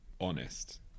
honest